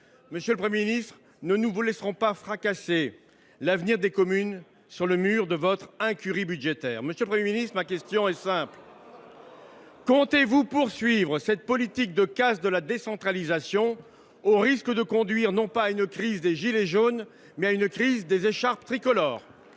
Monsieur le Premier ministre, nous ne vous laisserons pas fracasser l’avenir des communes sur le mur de votre incurie budgétaire. Monsieur le Premier ministre, ma question est simple : comptez vous poursuivre cette politique de casse de la décentralisation, au risque de conduire à une crise non pas des « gilets jaunes », mais des « écharpes tricolores »